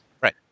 Right